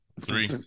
Three